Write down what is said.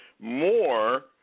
more